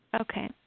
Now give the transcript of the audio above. Okay